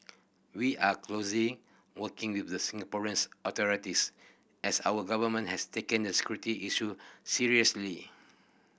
we are closely working with the Singaporeans authorities as our government has taken the security issue seriously